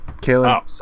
Caleb